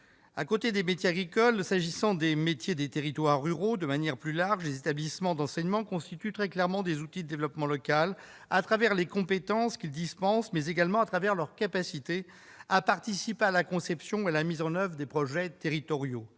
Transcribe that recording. Pour ce qui concerne les métiers des territoires ruraux, de manière plus large, les établissements d'enseignement constituent très clairement des outils de développement local au travers non seulement des compétences qu'ils dispensent, mais aussi de leur capacité à participer à la conception et à la mise en oeuvre des projets territoriaux.